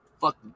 fuck